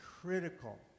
critical